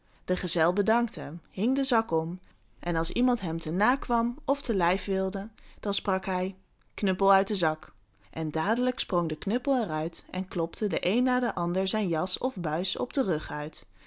de gezel bedankte hing de zak om en als iemand hem te na kwam of te lijf wilde dan sprak hij knuppel uit de zak en dadelijk sprong de knuppel er uit en klopte den een na den ander zijn jas of buis op den rug uit